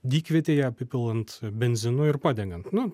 dykvietėje apipilant benzinu ir padegant nu